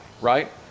right